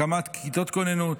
הקמת כיתות כוננות,